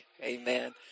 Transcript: Amen